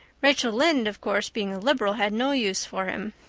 rachel lynde, of course, being a liberal, had no use for him.